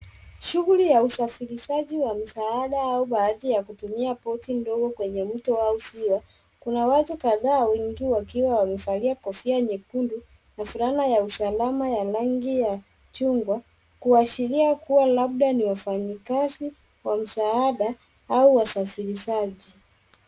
Shughuli ya usafirishaji wa msaada au baadhi ya kutumia boti ndogo kwenye mto au ziwa. Kuna watu kadhaa, wengi wakiwa wamevalia kofia nyekundu na fulana ya usalama ya rangi ya chungwa, kuashiria kuwa labda ni wafanyikazi wa msaada au wasafirishaji.